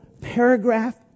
paragraph